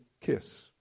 kiss